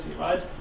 right